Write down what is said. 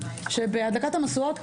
בהדלקת המשואות,